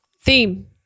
Theme